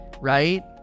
right